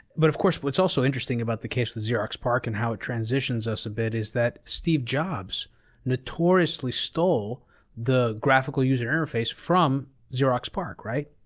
but of course, what's also interesting about the case of xerox parc and how it transitions us a bit is that steve jobs notoriously stole the graphical user interface from xerox parc, right?